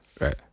Right